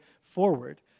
forward